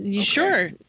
Sure